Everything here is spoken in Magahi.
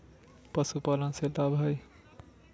पशुपालन से के लाभ हय?